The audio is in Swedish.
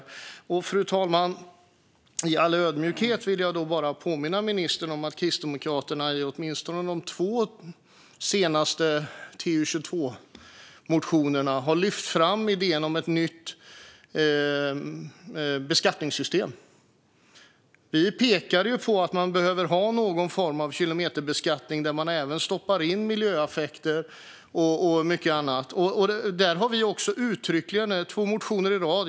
Då vill jag, fru talman, i all ödmjukhet påminna ministern om att Kristdemokraterna i åtminstone våra två senaste motioner när det gäller utgiftsområde 22 har lyft fram idén om ett nytt beskattningssystem. Vi har pekat på att man behöver ha någon form av kilometerbeskattning där man även stoppar in miljöeffekter och mycket annat. Detta har vi uttryckt i två motioner i rad.